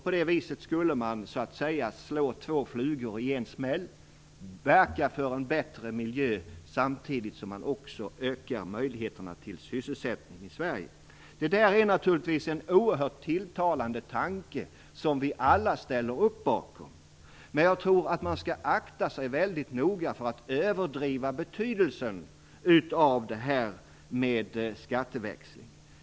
På det viset skulle man så att säga slå två flugor i en smäll - man verkar för en bättre miljö samtidigt som man också ökar möjligheterna till sysselsättning i Det är naturligtvis en oerhört tilltalande tanke som vi alla ställer upp bakom. Men jag tror att man skall akta sig väldigt noga för att överdriva betydelsen av detta med skatteväxling.